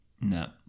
No